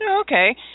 Okay